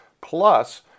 plus